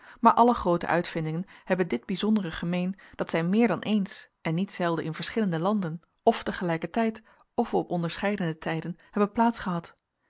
maar alle groote uitvindingen hebben dit bijzondere gemeen dat zij meer dan eens en niet zelden in verschillende landen f te gelijkertijd f op onderscheidene tijden hebben